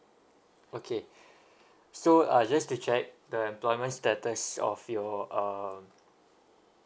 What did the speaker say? okay so uh just to check the employment status of your um